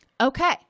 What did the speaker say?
Okay